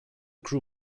crew